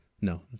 No